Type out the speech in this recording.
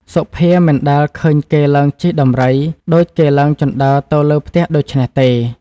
សុភាមិនដែលឃើញគេឡើងជិះដំរី ដូចគេឡើងជណ្តើរទៅលើផ្ទះ ដូច្នេះទេ ។